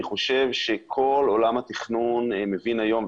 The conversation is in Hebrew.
אני חושב שכל עולם התכנון מבין היום,